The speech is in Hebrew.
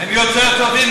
הם יותר טובים,